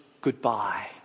goodbye